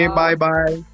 bye-bye